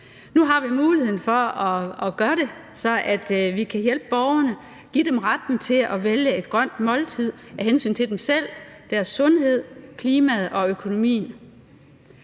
Nu har vi muligheden for at gøre det, så vi kan hjælpe borgerne og give dem retten til at vælge et grønt måltid af hensyn til dem selv, deres sundhed, klimaet og økonomien.